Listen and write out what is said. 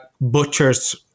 butchers